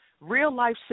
real-life